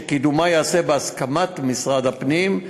וקידומה ייעשה בהסכמת משרד הפנים,